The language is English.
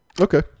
Okay